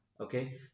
Okay